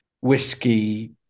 whiskey